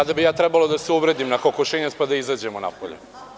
Sada bih trebao da se uvredim na kokošinjac, pa da izađemo napolje.